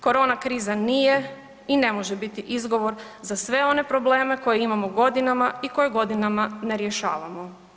Korona kriza nije i ne može biti izgovor za sve one probleme koje imamo godinama i koje godinama ne rješavamo.